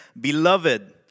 Beloved